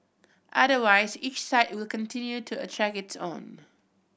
otherwise each site will continue to attract its own